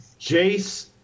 Jace